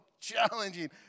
challenging